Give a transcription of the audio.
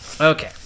Okay